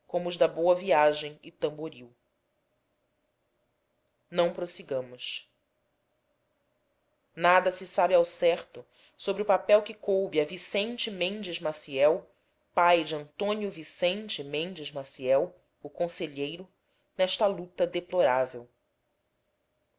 os da boa viagem e amboril ão prossigamos uma vida bem auspiciada nada se sabe ao certo o papel que coube a vicente mendes maciel pai de antônio vicente mendes maciel o conselheiro nesta luta deplorável